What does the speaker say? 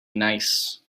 nice